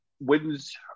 wins